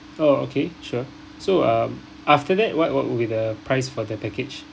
oh okay sure so um after that what what would be the price for the package